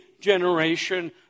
generation